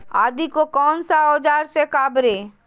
आदि को कौन सा औजार से काबरे?